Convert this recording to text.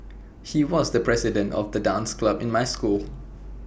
he was the president of the dance club in my school